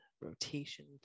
rotation